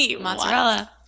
Mozzarella